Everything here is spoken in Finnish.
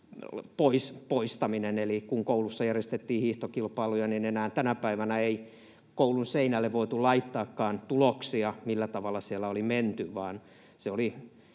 poistaminen, eli kun koulussa järjestettiin hiihtokilpailuja, niin enää tänä päivänä ei koulun seinälle voitukaan laittaa tuloksia, millä tavalla siellä oli menty, vaan se oli